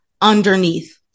underneath